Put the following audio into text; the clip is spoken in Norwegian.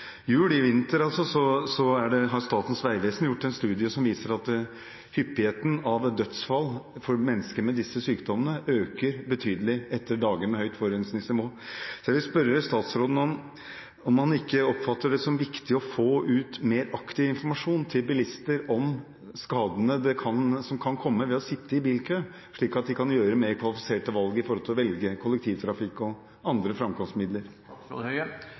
har Statens vegvesen gjort en studie som viser at hyppigheten av dødsfall for mennesker med disse sykdommene øker betydelig etter dager med høyt forurensingsnivå. Jeg vil spørre statsråden om han ikke oppfatter det som viktig å få ut mer aktiv informasjon til bilister om skadene som kan komme ved å sitte i bilkø, slik at de kan gjøre mer kvalifiserte valg med hensyn til å velge kollektivtrafikk og andre